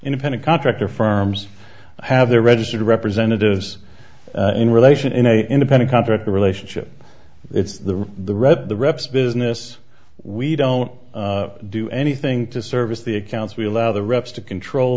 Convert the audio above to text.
independent contractor firms have their registered representatives in relation in a independent contractor relationship it's the the red the reps business we don't do anything to service the accounts we allow the reps to control